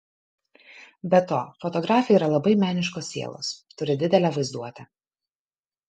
be to fotografė yra labai meniškos sielos turi didelę vaizduotę